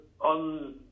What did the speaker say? on